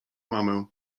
mamę